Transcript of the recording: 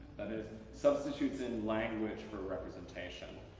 that is, substitutes in language for representation.